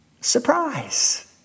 Surprise